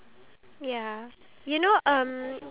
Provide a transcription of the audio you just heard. ya I know there's like a lot